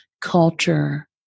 culture